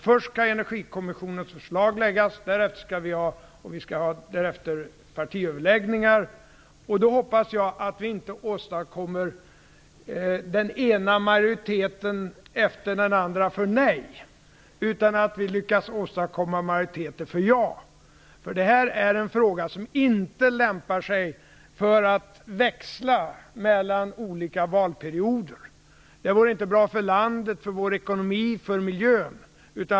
Först skall energikommissionens förslag läggas, därefter skall vi ha partiöverläggningar. Jag hoppas att vi då inte åstadkommer den ena majoriteten efter den andra för nej, utan att vi lyckas åstadkomma majoriteter för ja. Det här är en fråga som inte lämpar sig för att växla mellan olika valperioder. Det vore inte bra för landet, vår ekonomi och miljön.